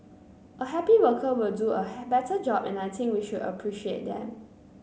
a happy worker will do a better job and I think we should appreciate them